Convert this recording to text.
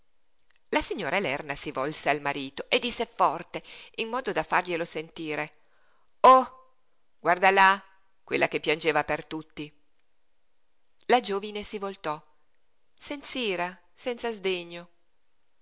la signora lerna si volse al marito e disse forte in modo da farglielo sentire oh guarda là quella che piangeva per tutti la giovine si voltò senz'ira senza sdegno